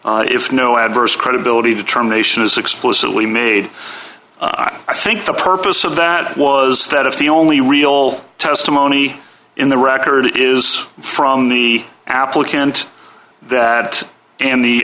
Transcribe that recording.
if no adverse credibility determination is explicitly made i think the purpose of that was that if the only real testimony in the record is from the applicant that and the